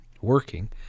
working